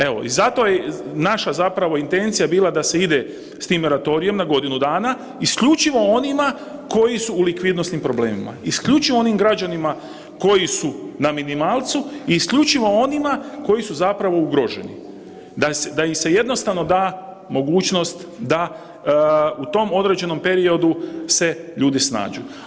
Evo i zato je naša intencija bila da se ide s tim moratorijem na godinu dana, isključivo onima koji su u likvidonosnim problemima, isključivo onim građanima koji su na minimalcu i isključivo onima koji su ugroženi, da im se jednostavno da mogućnost da se u tom određenom periodu ljudi snađu.